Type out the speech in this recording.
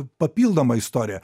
papildomą istoriją